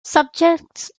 subjects